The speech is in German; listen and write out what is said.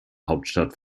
hauptstadt